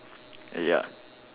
ya